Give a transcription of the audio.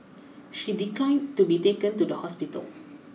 she declined to be taken to the hospital